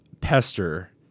pester